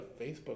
Facebook